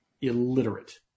illiterate